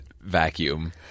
vacuum